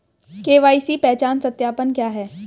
KYC पहचान सत्यापन क्या है?